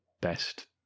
best